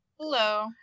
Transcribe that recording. Hello